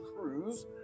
cruise